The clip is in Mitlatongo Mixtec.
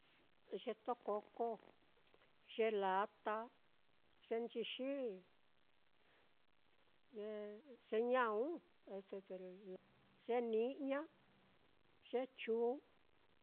Ye tokōkō, ye latá, ye nchixi, ye ñaún, ye ni'ña, ye chuun.